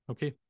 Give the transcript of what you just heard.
Okay